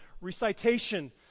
recitation